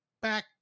back